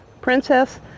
Princess